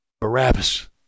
Barabbas